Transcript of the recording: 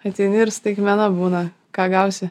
ateini ir staigmena būna ką gausi